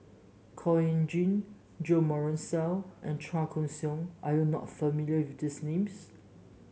Khor Ean Ghee Jo Marion Seow and Chua Koon Siong are you not familiar with these names